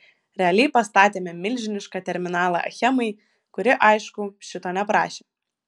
realiai pastatėme milžinišką terminalą achemai kuri aišku šito neprašė